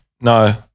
no